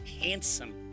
handsome